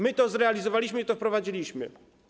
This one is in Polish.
My to zrealizowaliśmy i wprowadziliśmy.